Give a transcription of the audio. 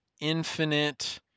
infinite